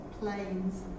planes